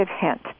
hint